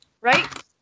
Right